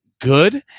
good